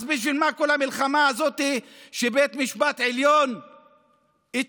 אז בשביל מה כל המלחמה הזאת שבית המשפט העליון אתמול